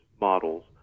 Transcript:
models